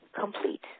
complete